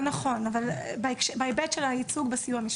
אבל נכון, בהיבט של הייצוג בסיוע המשפטי.